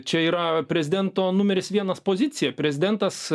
čia yra prezidento numeris vienas pozicija prezidentas